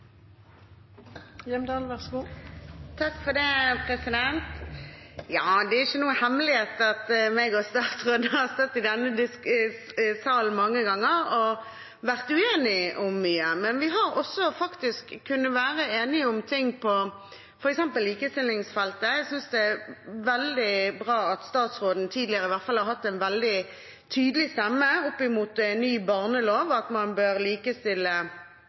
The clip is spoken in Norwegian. er ikke noen hemmelighet at jeg og statsråden har stått i denne salen mange ganger og vært uenige om mye, men vi har også faktisk kunnet være enige om ting på f.eks. likestillingsfeltet. Jeg synes det er veldig bra at statsråden, iallfall tidligere, har hatt en veldig tydelig stemme opp mot en ny barnelov: at man bør likestille